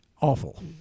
awful